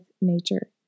nature